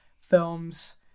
films